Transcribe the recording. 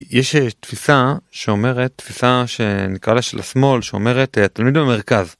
יש תפיסה שאומרת תפיסה שנקרא לה של השמאל שאומרת התלמיד במרכז.